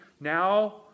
Now